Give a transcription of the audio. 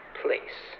place